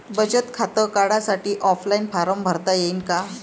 बचत खातं काढासाठी ऑफलाईन फारम भरता येईन का?